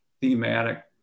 thematic